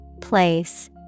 Place